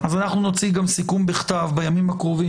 גם נוציא סיכום בכתב בימים הקרובים,